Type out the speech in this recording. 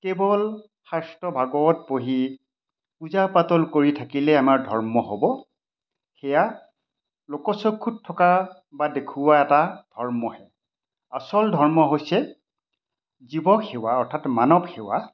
কেৱল শাস্ত্ৰ ভাগৱত পঢ়ি পূজা পাতল কৰি থাকিলে আমাৰ ধৰ্ম হ'ব সেয়া লোকচক্ষুত থকা বা দেখুওৱা এটা ধৰ্মহে আচল ধৰ্ম হৈছে জীৱ সেৱা অৰ্থাৎ মানৱ সেৱা